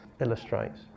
illustrates